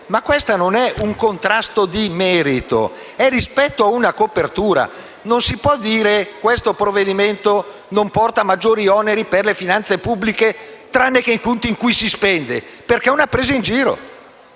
però, non è un contrasto di merito, bensì è relativo ad una copertura. Non si può dire: «Questo provvedimento non porta maggiori oneri per le finanze pubbliche tranne per i punti in cui si spende». Sarebbe una presa in giro